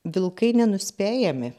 vilkai nenuspėjami